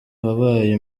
wabaye